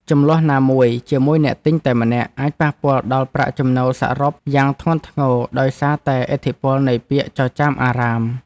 ជម្លោះណាមួយជាមួយអ្នកទិញតែម្នាក់អាចប៉ះពាល់ដល់ប្រាក់ចំណូលសរុបយ៉ាងធ្ងន់ធ្ងរដោយសារតែឥទ្ធិពលនៃពាក្យចចាមអារ៉ាម។